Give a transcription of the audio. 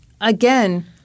Again